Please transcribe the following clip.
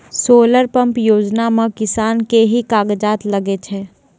Solar pump योजना म किसान के की कागजात लागै छै?